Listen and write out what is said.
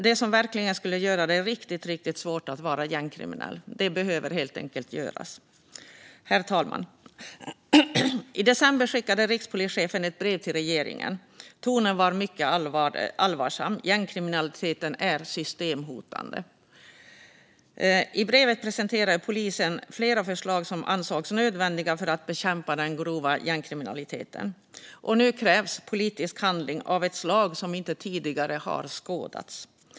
Det som verkligen behöver göras är det som skulle göra det riktigt svårt att vara gängkriminell. Herr talman! I december skickade rikspolischefen ett brev till regeringen. Tonen var mycket allvarsam: Gängkriminaliteten är systemhotande. I brevet presenterade polisen flera förslag som ansågs nödvändiga för att bekämpa den grova gängkriminaliteten. Detta krävde politisk handling av ett slag som inte tidigare skådats.